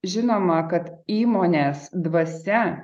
žinoma kad įmonės dvasia